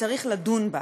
וצריך לדון בו.